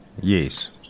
Yes